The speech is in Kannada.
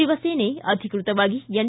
ಶಿವಸೇನೆ ಅಧಿಕೃತವಾಗಿ ಎನ್